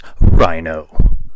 Rhino